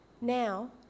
Now